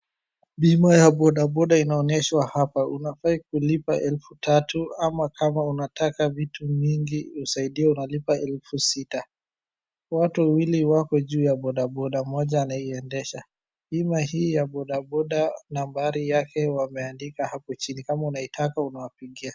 Bima ya boda boda inaonyeshwa hapa, unafaa kulipa elfu tatu ama kama unataka vitu mingi usaidiwe unalipa elfu sita. Watu wawili wako juu ya boda boda, mmoja anaiendesha. Bima hii ya boda boda nambari yake wameandika hapo chini, kama unaitaka unawapigia.